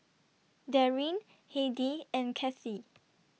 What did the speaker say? Darryn Heidy and Kathi